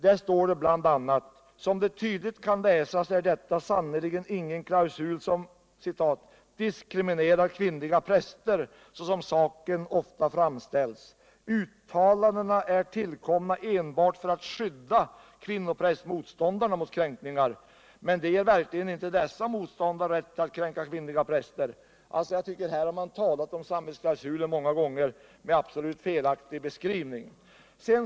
Där står bl.a.: ”Som det tydligt kan läsas är detta sannerligen ingen klausul "som diskriminerar kvinnliga präster” — såsom saken ofta framställs. Uttalanden är tillkomna enbart för att skydda ”kvinnoprästmotståndarna” mot kränkningar. Men de ger verkligen inte dessa motståndare rätt att kränka kvinnliga präster.” Jag tycker att man många gånger har talat om samvetsklausulen med cen absolut felaktig beskrivning.